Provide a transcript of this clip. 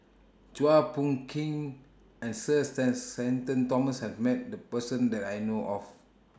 Chua Phung Kim and Sir Shenton Thomas has Met The Person that I know of